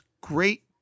great